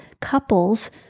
couples